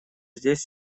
здесь